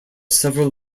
several